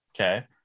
Okay